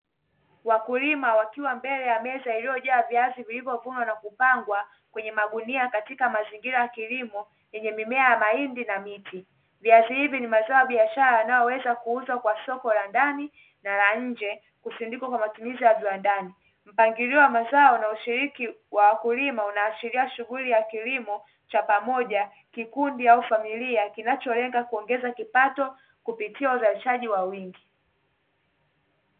Wakulima wakiwa mbele ya meza iliyojaa viazi vilivyovunwa na kupangwa, kwenye magunia katika mazingira ya kilimo yenye mimea ya mahindi na miti. Viazi hivi ni mazoa ya biashara yanayoweza kuuzwa kwa soko la ndani na la nje, kusindikwa kwa matumizi ya viwandani. Mpangilio wa mazoa na ushiriki wa wakulima unaoashiria shughuli ya kilimo cha pamoja, kikundi au familia; kinacholenga kuongeza kipato kupitia uzalishaji kwa wingi.